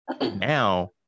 now